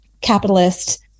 capitalist